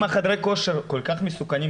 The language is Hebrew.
אם חדרי הכושר כל כך מסוכנים,